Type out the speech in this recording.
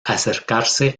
acercarse